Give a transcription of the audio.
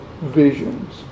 visions